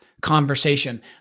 conversation